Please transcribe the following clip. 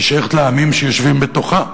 היא שייכת לעמים שיושבים בתוכה,